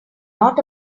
not